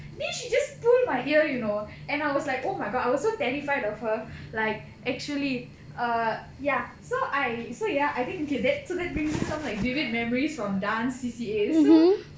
then she just pull my ear you know and I was like oh my god I was so terrified of her like actually err ya so I so ya I think okay that so that brings me some like vivid memories from dance C_C_A so